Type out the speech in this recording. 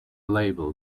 label